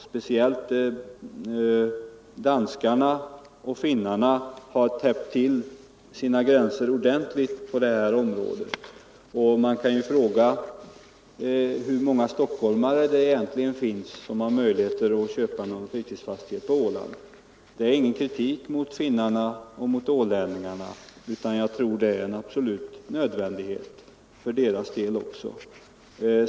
Speciellt danskarna och finnarna har täppt till sina gränser ordentligt på det här området. Man kan t.ex. fråga hur många stockholmare som egentligen har möjlighet att köpa fritidsfastighet på Åland. Det är ingen kritik mot finnarna och ålänningarna, utan jag tror att en sådan lagstiftning är en absolut nödvändighet också för deras vidkommande.